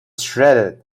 shredded